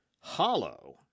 Hollow